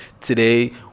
today